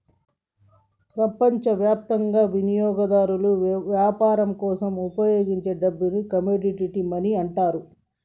ప్రపంచవ్యాప్తంగా వినియోగదారులు వ్యాపారం కోసం ఉపయోగించే డబ్బుని కమోడిటీ మనీ అంటారు